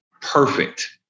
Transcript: perfect